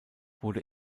wurde